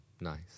nice